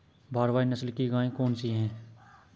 भारवाही नस्ल की गायें कौन सी हैं?